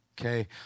Okay